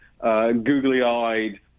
googly-eyed